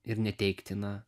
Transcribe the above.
ir neteiktina